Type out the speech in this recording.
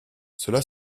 cela